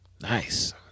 nice